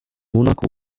monaco